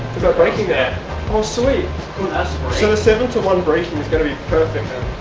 about breaking that hole sweet so seven to one breaking is going to be perfect going